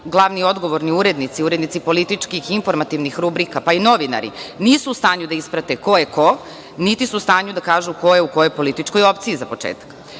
glavni i odgovorni urednici, urednici političkih i informativnih rubrika, pa i novinari, nisu u stanju da isprate ko je ko, niti su u stanju da kažu ko je u kojoj političkoj opciji, za početak. Od